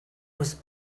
was